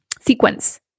sequence